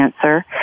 cancer